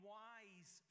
wise